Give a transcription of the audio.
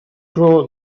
grow